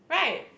right